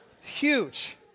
Huge